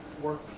work